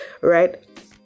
right